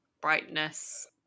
brightness